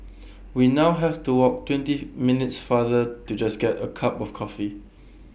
we now have to walk twenty minutes farther to just get A cup of coffee